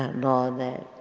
law that